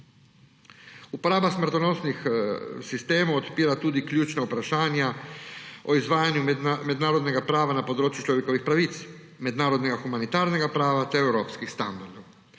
Uporaba smrtonosnih sistemov odpira tudi ključna vprašanja o izvajanju mednarodnega prava na področju človekovih pravic, mednarodnega humanitarnega prava ter evropskih standardov.